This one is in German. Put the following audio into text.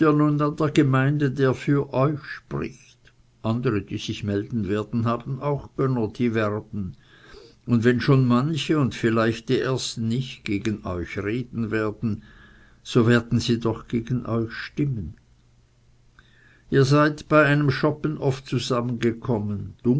der gemeinde der für euch spricht andere die sich auch melden werden haben auch gönner die werben und wenn schon manche und vielleicht die ersten nicht gegen euch reden werden so werden sie doch gegen euch stimmen ihr seid bei einem schoppen oft zusammengekommen